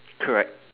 correct